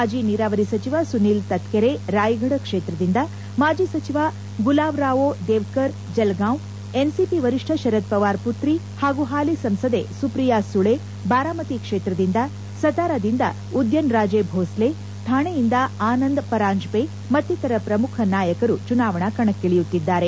ಮಾಜಿ ನೀರಾವರಿ ಸಚಿವ ಸುನಿಲ್ ತತ್ಕರೆ ರಾಯ್ಗಢ್ ಕ್ಷೇತ್ರದಿಂದ ಮಾಜಿ ಸಚಿವ ಗುಲಾವ್ರಾವೋ ದೇವ್ಕರ್ ಜಲಗಾಂವ್ ಎನ್ಸಿಪಿ ವರಿಷ್ಣ ಶರದ್ ಪವಾರ್ ಪುತ್ರಿ ಹಾಗೂ ಹಾಲಿ ಸಂಸದೆ ಸುಪ್ರಿಯಾ ಸುಳಿ ಬಾರಾಮತಿ ಕ್ಷೇತ್ರದಿಂದ ಸತಾರಾದಿಂದ ಉದ್ಯನ್ ರಾಜಿ ಭೋಸ್ಲೆ ಥಾಣೆಯಿಂದ ಆನಂದ್ ಪರಾಂಜಪೆ ಮತ್ತಿತರ ಪ್ರಮುಖ ನಾಯಕರು ಚುನಾವಣಾ ಕಣಕ್ಕಿ ಳಿಯುತ್ತಿದ್ದಾರೆ